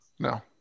No